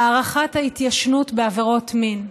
הארכת ההתיישנות בעבירות מין.